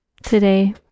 today